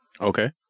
Okay